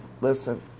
listen